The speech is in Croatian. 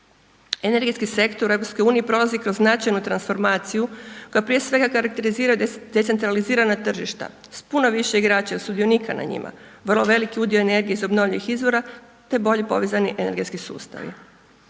Energetski sektor EU prolazi kroz značajnu transformaciju koja prije svega karakterizira decentralizirana tržišta s puno više igrača, sudionika na njima, vrlo veliki udio energije iz obnovljivih izvora, te bolje povezani energetski sustavi.